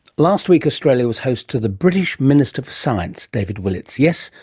last week australia was host to the british minister for science, david willetts. yes,